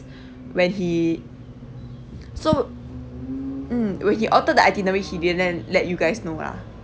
when he so~ mm when he altered the itinerary he didn't le~ let you guys know lah